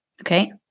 Okay